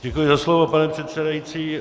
Děkuji za slovo, pane předsedající.